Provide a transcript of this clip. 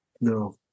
no